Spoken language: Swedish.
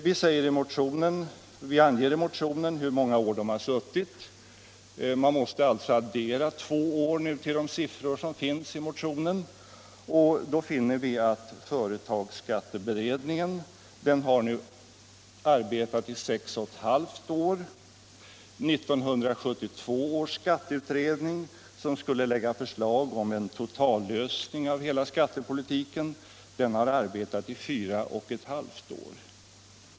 Vi anger i motionen hur många år de har suttit. Man måste alltså addera två år till de siffror som finns i motionen. Då finner vi att företagsskatteberedningen nu har arbetat i sex och ett halvt år och 1972 års skatteutredning, som skulle lägga förslag om en totallösning av hela skatteproblematiken, har arbetat i fyra och ett halvt år.